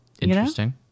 Interesting